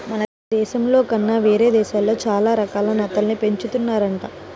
మన దేశంలో కన్నా వేరే దేశాల్లో చానా రకాల నత్తల్ని పెంచుతున్నారంట